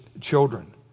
children